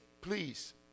please